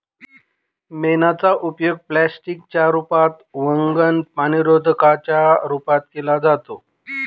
मेणाचा उपयोग प्लास्टिक च्या रूपात, वंगण, पाणीरोधका च्या रूपात केला जातो